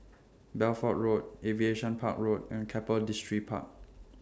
Bedford Road Aviation Park Road and Keppel Distripark